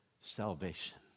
salvation